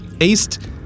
East